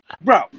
bro